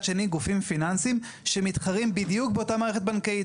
שני גופים פיננסיים שמתחרים בדיוק באותה מערכת בנקאית.